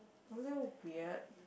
a little weird